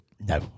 No